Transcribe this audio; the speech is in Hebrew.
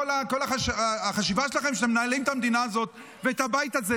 כל החשיבה שלכם שאתם מנהלים את המדינה הזאת ואת הבית הזה,